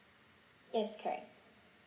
yes correct